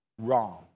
wrong